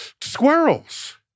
squirrels